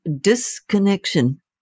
disconnection